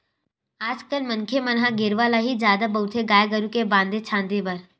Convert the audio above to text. आज कल मनखे मन ल गेरवा ल ही जादा बउरथे गाय गरु के बांधे छांदे बर